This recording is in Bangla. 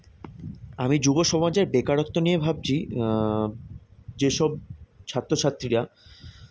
আমি যুব সমাজের বেকারত্ব নিয়ে ভাবছি যেসবছাত্র ছাত্রীরা